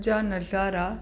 जा नज़ारा